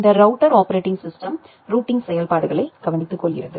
இந்த router operating system routing செயல்பாடுகளை கவனித்துக் கொள்ளகிறது